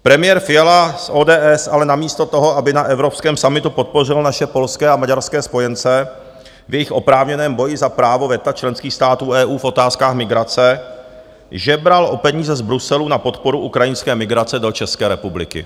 Premiér Fiala z ODS ale namísto toho, aby na evropském summitu podpořil naše polské a maďarské spojence v jejich oprávněném boji za právo veta členských států EU v otázkách migrace, žebral o peníze z Bruselu na podporu ukrajinské migrace do České republiky.